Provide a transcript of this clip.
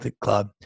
club